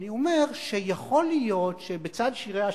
אני אומר שיכול להיות שבצד שירי השלום,